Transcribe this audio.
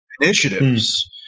initiatives